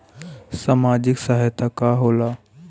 सामाजिक सहायता का होला?